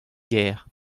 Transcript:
gêr